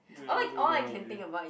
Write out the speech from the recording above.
ya I also damn hungry eh